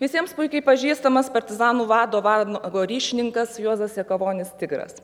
visiems puikiai pažįstamas partizanų vado vanago ryšininkas juozas jakavonis tigras